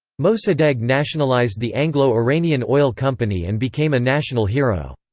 mosaddegh nationalized the anglo-iranian oil company and became a national hero.